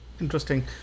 Interesting